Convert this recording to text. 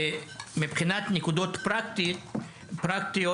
מבחינת נקודות פרקטיות,